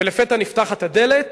ולפתע נפתחת הדלת,